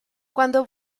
cuando